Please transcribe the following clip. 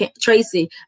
tracy